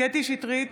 קטי קטרין שטרית,